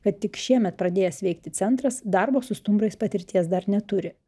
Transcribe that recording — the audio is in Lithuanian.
kad tik šiemet pradėjęs veikti centras darbo su stumbrais patirties dar neturi